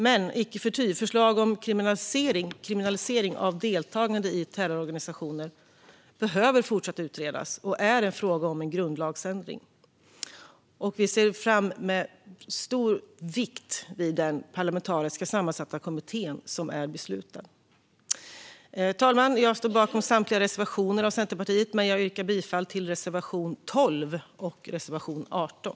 Men icke förty behöver förslag om kriminalisering av deltagande i terrororganisationer fortsätta att utredas och är en fråga om en grundlagsändring. Vi ser fram emot och lägger stor vikt vid den parlamentariskt sammansatta kommitté som är beslutad. Fru talman! Jag står bakom samtliga reservationer från Centerpartiet men yrkar bifall bara till reservation 12 och reservation 18.